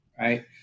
right